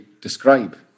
describe